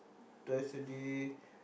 twice a day